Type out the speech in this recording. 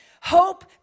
Hope